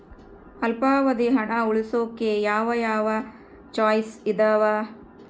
ಅಲ್ಪಾವಧಿ ಹಣ ಉಳಿಸೋಕೆ ಯಾವ ಯಾವ ಚಾಯ್ಸ್ ಇದಾವ?